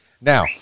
Now